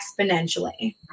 exponentially